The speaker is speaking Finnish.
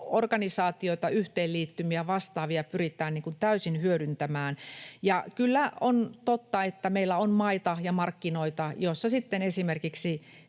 organisaatioita, yhteenliittymiä ja vastaavia pyritään täysin hyödyntämään. Ja on kyllä totta, että meillä on maita ja markkinoita, joissa sitten esimerkiksi